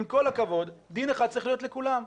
עם כל הכבוד דין אחד צריך להיות לכולם.